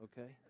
okay